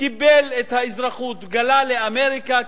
גלה לאמריקה,